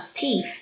teeth